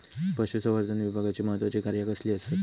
पशुसंवर्धन विभागाची महत्त्वाची कार्या कसली आसत?